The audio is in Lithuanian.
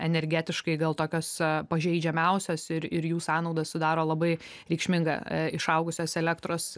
energetiškai gal tokios pažeidžiamiausios ir ir jų sąnaudos sudaro labai reikšmingą išaugusios elektros